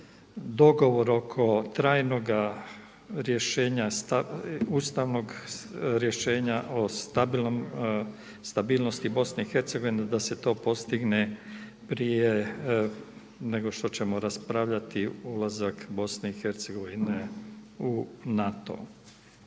dogovor oko trajnoga rješenja, ustavnog rješenja o stabilnosti BIH da se to postigne prije nego što ćemo raspravljati ulazak BIH u NATO.